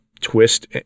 twist